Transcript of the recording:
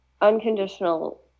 unconditional